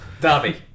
Darby